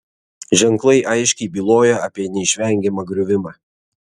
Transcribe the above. ženklai aiškiai byloja apie neišvengiamą griuvimą